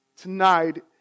tonight